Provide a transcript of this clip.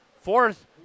Fourth